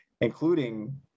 including